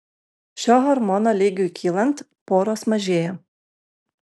šio hormono lygiui kylant poros mažėja